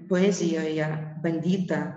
poezijoje bandyta